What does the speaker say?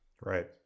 Right